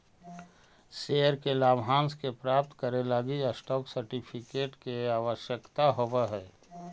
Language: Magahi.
शेयर के लाभांश के प्राप्त करे लगी स्टॉप सर्टिफिकेट के आवश्यकता होवऽ हइ